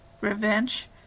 revenge